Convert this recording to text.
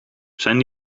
zijn